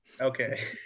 Okay